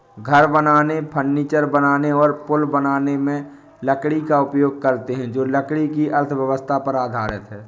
घर बनाने, फर्नीचर बनाने और पुल बनाने में लकड़ी का उपयोग करते हैं जो लकड़ी की अर्थव्यवस्था पर आधारित है